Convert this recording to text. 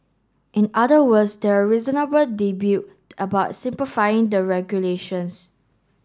in other words there're reasonable debut about simplifying the regulations